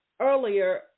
earlier